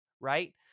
right